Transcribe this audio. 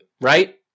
Right